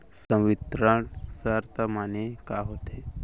संवितरण शर्त माने का होथे?